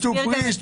שתו פרי,